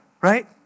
right